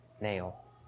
nail